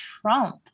Trump